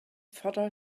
father